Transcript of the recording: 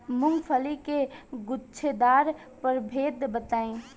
मूँगफली के गूछेदार प्रभेद बताई?